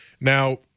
Now